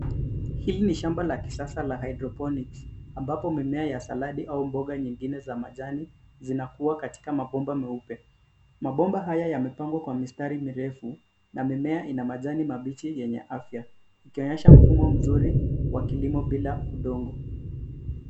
Hili ni shamba la kisasa la hydroponics ambapo mimea ya saladi au mboga nyingine za majani zinakua katika mabomba meupe. Mabomba haya yamepangwa kwa mistari mirefu na mimea ina majani mabichi yenye afya, ikionyesha mfumo mzuri wa kilimo bila udongo.